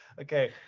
Okay